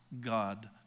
God